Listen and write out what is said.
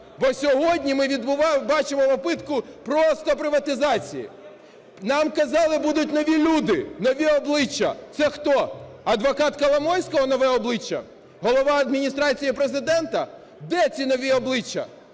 бо сьогодні ми бачимо попитку просто приватизації. Нам казали будуть нові люди, нові обличчя. Це хто: адвокат Коломойського - нове обличчя? Голова Адміністрації Президента? Де ці нові обличчя?